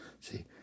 See